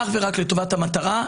אך ורק לטובת המטרה,